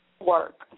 work